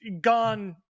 gone